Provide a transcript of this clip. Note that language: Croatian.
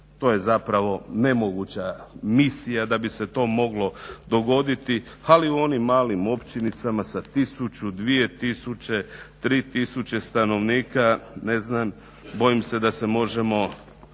to je nemoguća misija da bi se to moglo dogoditi ali u onim malim općinicama sa tisuću, 2 tisuće, 3 tisuće stanovnika ne znam bojim se da se možemo